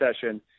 session